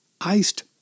Iced